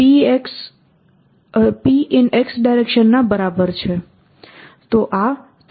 તો આ તથ્ય નંબર 1 છે